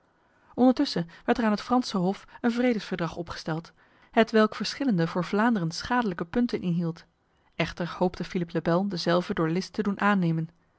ondertussen werd er aan het franse hof een vredesverdrag opgesteld hetwelk verschillende voor vlaanderen schadelijke punten inhield echter hoopte philippe le bel dezelve door list te doen aannemen